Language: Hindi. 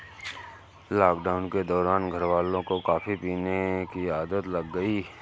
लॉकडाउन के दौरान घरवालों को कॉफी पीने की आदत लग गई